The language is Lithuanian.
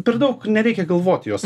per daug nereikia galvot juos